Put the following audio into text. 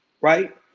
right